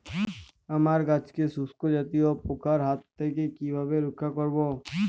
আমার গাছকে শঙ্কু জাতীয় পোকার হাত থেকে কিভাবে রক্ষা করব?